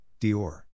Dior